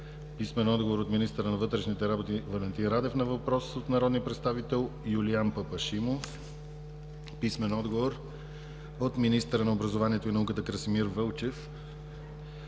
Жельо Бойчев; - от министъра на вътрешните работи Валентин Радев на въпрос от народния представител Юлиян Папашимов; - от министъра на образованието и науката Красимир Вълчев